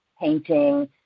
painting